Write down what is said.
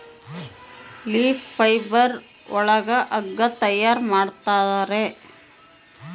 leaf fibre ಒಳಗ ಹಗ್ಗ ತಯಾರ್ ಮಾಡುತ್ತಾರೆ